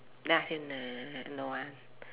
then I say no don't want